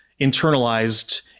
internalized